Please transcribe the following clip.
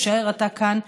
תישאר אתה כאן.